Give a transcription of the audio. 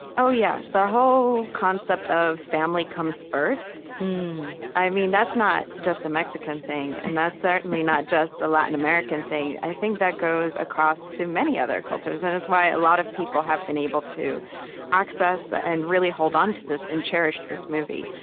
oh, yeah. the whole concept of family comes first that's not just a mexican thing, and that's certainly not just a latin american thing. i think that goes across so many other cultures and is why a lot of people have been able to access and really hold onto this and cherish this movie.